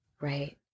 Right